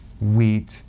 wheat